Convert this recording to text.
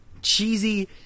cheesy